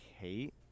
hate